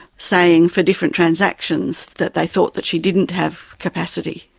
saying, for different transactions, that they thought that she didn't have capacity.